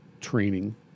training